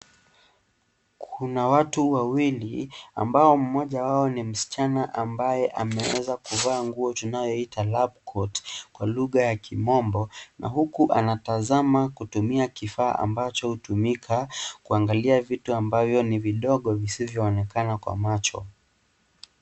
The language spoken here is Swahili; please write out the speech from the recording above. Kuna watu wawili ambao mmoja wao ni msichana ambaye ameweza kuvaa nguo tunayoita labcoat kwa lugha ya kimombo, na huku anatazama kutumia kifaa ambacho hutumika kuangalia vitu ambavyo ni vidogo visivyoonekana kwa macho.